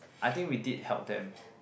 I think we did help them